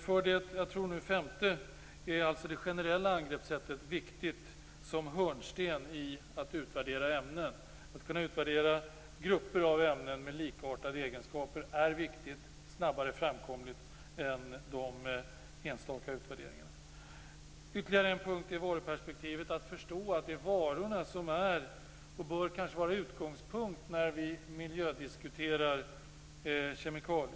För det fjärde är det generella angreppssättet viktigt som hörnsten i en utvärdering av ämnen. Att kunna utvärdera grupper av ämnen med likartade egenskaper är viktigt och innebär en snabbare framkomlighet än de enstaka utvärderingarna. Ytterligare en punkt är varuperspektivet, att förstå att det är varorna som är och kanske bör vara utgångspunkt när vi miljödiskuterar kemikalier.